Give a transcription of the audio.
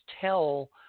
tell